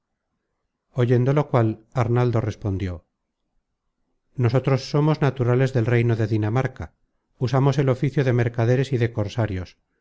oyendo lo cual arnaldo respondió nosotros somos naturales del reino de dinamarca usamos el oficio de mercaderes y de cosarios